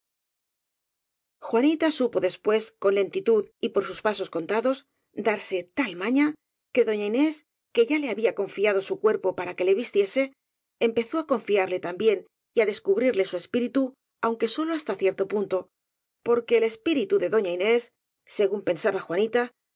juanita supo después con lentitud y por sus pasos contados darse tal maña que doña inés que ya le había confiado su cuerpo para que le vistiese empezó á confiarle también y á descubrirle su es píritu aunque sólo hasta cierto punto porque el espíritu de doña inés según pensaba juanita